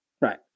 Right